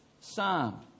psalm